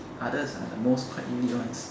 others ah the most quite elite ones